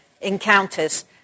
encounters